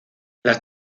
las